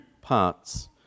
parts